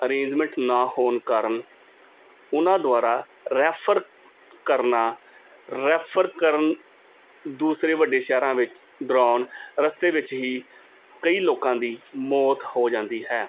arrangement ਨਾ ਹੋਣ ਕਾਰਨ ਉਹਨਾਂ ਦੁਆਰਾ ਰੈਫਰ ਕਰਨਾ ਰੈਫਰ ਕਰਨ ਦੂਸਰੇ ਵੱਡੇ ਸ਼ਹਿਰਾਂ ਵਿੱਚ ਦੌਰਾਨ ਰਸਤੇ ਵਿੱਚ ਹੀ ਕਈ ਲੋਕਾਂ ਦੀ ਮੌਤ ਹੋ ਜਾਂਦੀ ਹੈ